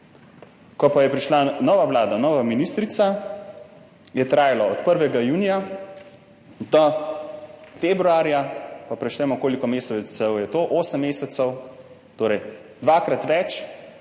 Ko pa je prišla nova vlada, nova ministrica, je trajalo od 1. junija do februarja, pa preštejemo, koliko mesecev je to, 8 mesecev, torej dvakrat več,